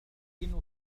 أيمكنك